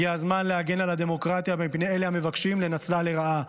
הגיע הזמן להגן על הדמוקרטיה מפני אלה המבקשים לנצלה לרעה.